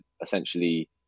essentially